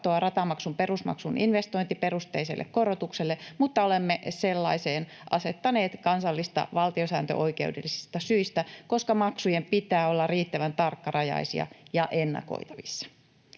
ratamaksun perusmaksun investointiperusteiselle korotukselle, mutta olemme sellaisen asettaneet kansallisista valtiosääntöoikeudellisista syistä, koska maksujen pitää olla riittävän tarkkarajaisia ja ennakoitavissa.